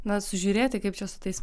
na sužiūrėti kaip čia su tais